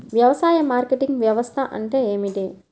వ్యవసాయ మార్కెటింగ్ వ్యవస్థ అంటే ఏమిటి?